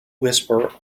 whisper